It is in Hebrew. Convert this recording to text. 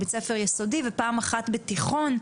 בבית ספר יסודי ופעם אחת בתיכון.